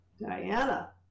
Diana